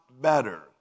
better